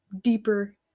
deeper